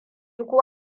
ko